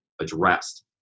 addressed